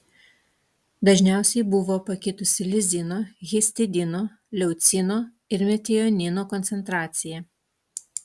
dažniausiai buvo pakitusi lizino histidino leucino ir metionino koncentracija